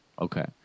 Okay